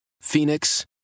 Phoenix